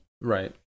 right